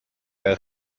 der